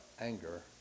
anger